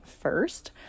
first